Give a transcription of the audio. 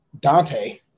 Dante